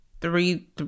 three